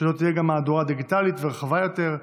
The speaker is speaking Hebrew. שתהיה לו גם מהדורה דיגיטלית ורחבה יותר,